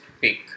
pick